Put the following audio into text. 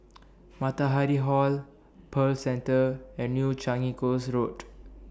Matahari Hall Pearl Centre and New Changi Coast Road